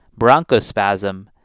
bronchospasm